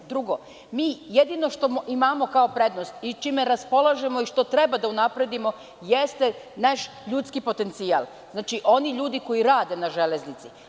Drugo, mi jedino što imamo kao prednost i čime raspolažemo i što treba da unapredimo jeste naš ljudski potencijal, znači, oni ljudi koji rade na železnici.